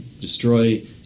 destroy